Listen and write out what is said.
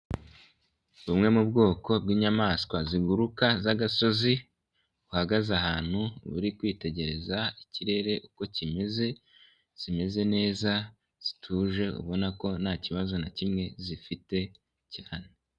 Bumwe mu bwoko bw'inyamaswa ziguruka z'agasozi ,buhagaze ahantu buri kwitegereza ikirere uko kimeze ,zimeze neza zituje ubona ko nta kibazo na kimwe zifite cyane.